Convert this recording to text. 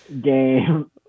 game